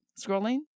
scrolling